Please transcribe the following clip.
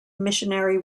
missionary